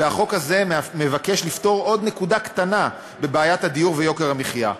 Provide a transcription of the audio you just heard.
והחוק הזה מבקש לפתור עוד נקודה קטנה בבעיית הדיור ויוקר המחיה,